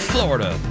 Florida